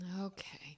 Okay